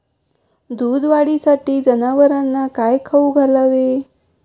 दूध वाढीसाठी जनावरांना काय खाऊ घालावे?